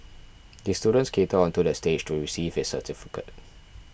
the student skated onto the stage to receive his certificate